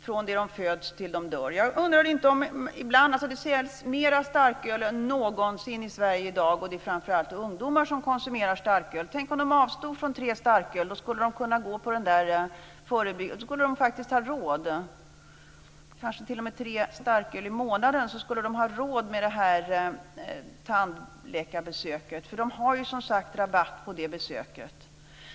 från det att de föds tills de dör. Det säljs mer starköl än någonsin i Sverige i dag, och det är framför allt ungdomar som konsumerar starköl. Tänk om de avstod från tre starköl i månaden, då skulle de faktiskt ha råd med detta tandläkarbesök. De har ju som sagt rabatt på det besöket.